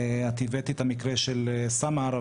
את הבאת את המקרא של סמאר,